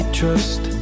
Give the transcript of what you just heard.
trust